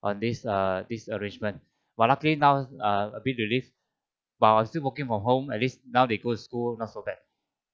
on this err this arrangement !wah! luckily now uh a bit relief while I still working from home at least now they go to school not so bad